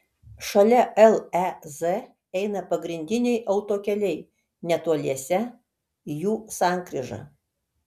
šalia lez eina pagrindiniai autokeliai netoliese jų sankryža